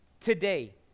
today